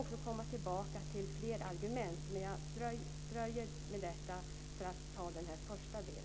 Jag kommer tillbaka med flera argument, men jag dröjer med dessa och tar upp endast denna första del.